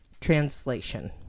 translation